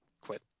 quit